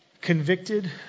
convicted